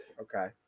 Okay